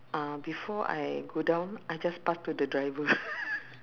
uh before I go down I just pass to the driver